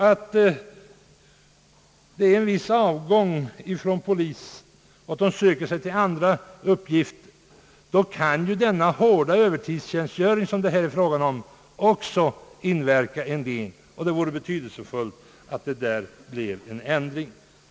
Om det är en viss avgång från polisen därför att vederbörande söker sig till andra uppgifter, så kan ju den hårda övertidstjänstgöring som förekommer också inverka en del, och det vore betydelsefullt att det blev en ändring i detta hänseende.